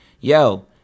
Yo